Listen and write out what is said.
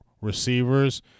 receivers